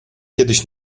kiedyś